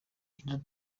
another